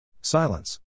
Silence